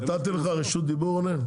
נתתי לך רשות דיבור רונן?